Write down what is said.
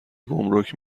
گمرک